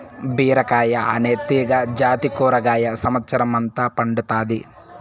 బీరకాయ అనే తీగ జాతి కూరగాయ సమత్సరం అంత పండుతాది